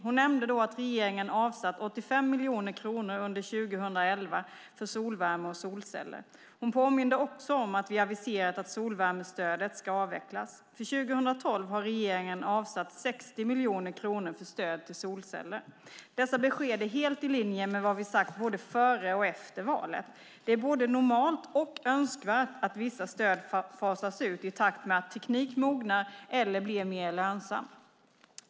Hon nämnde då att regeringen avsatt 85 miljoner kronor under 2011 för solvärme och solceller. Hon påminde också om att vi aviserat att solvärmestödet ska avvecklas. För 2012 har regeringen avsatt 60 miljoner kronor för stöd till solceller. Dessa besked är helt i linje med vad vi sagt både före och efter valet. Det är både normalt och önskvärt att vissa stöd fasas ut i takt med att teknik mognar eller blir mer lönsam.